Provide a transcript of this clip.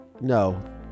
no